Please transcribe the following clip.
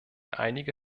einige